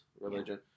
religion